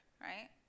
right